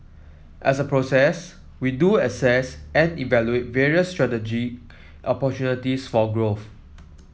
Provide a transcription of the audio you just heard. as a process we do assess and evaluate various strategic for growth